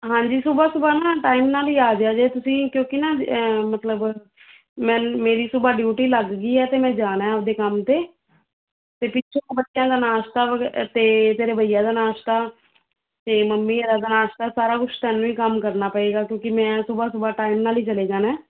ਹਾਂਜੀ ਸਵੇਰੇ ਸਵੇਰੇ ਨਾ ਟਾਈਮ ਨਾਲ ਈ ਆਜਿਓ ਜੇ ਤੁਸੀਂ ਕਿਉਂਕੀ ਨਾ ਮਤਲਵ ਮੈਨ ਮੇਰੀ ਸੁਬਹਾ ਡਿਊਟੀ ਲੱਗ ਗੀ ਆ ਤੇ ਮੈਂ ਜਾਣਾ ਆਪਦੇ ਕੰਮ ਤੇ ਤੇ ਪਿੱਛੋਂ ਬੱਚਿਆਂ ਦਾ ਨਾਸ਼ਤਾ ਵਗੈਰਾ ਤੇ ਤੇਰੇ ਬਈਆ ਦਾ ਨਾਸ਼ਤਾ ਤੇ ਮੰਮੀ ਹੋਰਾਂ ਦਾ ਨਾਸ਼ਤਾ ਸਾਰਾ ਕੁਛ ਤੈਨੂੰ ਹੀ ਕੰਮ ਕਰਨਾ ਪਏਗਾ ਕਿਉਂਕੀ ਮੈਂ ਸਵੇਰੇ ਸਵੇਰੇ ਟਾਈਮ ਨਾਲ ਈ ਚਲੇ ਜਾਣਾ